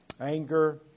anger